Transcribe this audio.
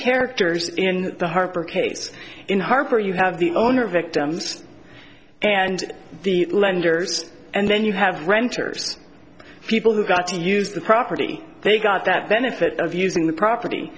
characters in the harper case in harbor you have the owner victims and the lenders and then you have renters people who got to use the property they got that benefit of using the property